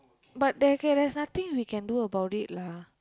but there can there's nothing we can do about it lah